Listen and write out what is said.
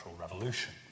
Revolution